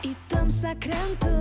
į tamsą krentu